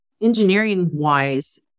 engineering-wise